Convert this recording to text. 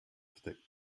thick